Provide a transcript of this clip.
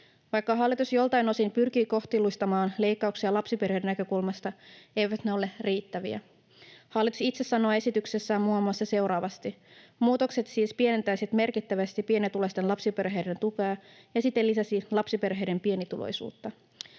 Vaikka hallitus joiltain osin pyrkii kohtuullistamaan leikkauksia lapsiperheiden näkökulmasta, ei se ole riittävää. Hallitus itse sanoo esityksessään muun muassa seuraavasti: ”Muutokset siis pienentäisivät merkittävästi pienituloisten lapsiperheiden tukea ja siten lisäisivät lapsiperheiden pienituloisuutta.”